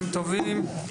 צהריים טובים,